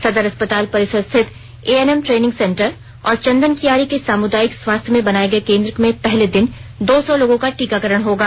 सदर अस्पताल परिसर स्थित एएनएम ट्रेनिंग सेंटर और चंदनकियारी के सामुदायिक स्वास्थ्य में बनाए गए केंद्र में पहले दिन दो सौ लोगों का टीकाकरण होगा